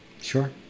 Sure